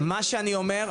מה שאני אומר,